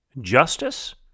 Justice